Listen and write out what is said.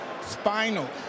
Spinal